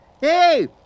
Hey